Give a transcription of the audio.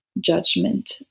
judgment